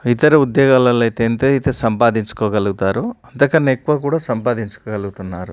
ఇతర ఉద్యోగాలల్లో అయితే ఎంతైతే సంపాదించుకోగలుగుతారో అంతకన్నా ఎక్కువ కూడా సంపాదించుకోగలుగుతున్నారు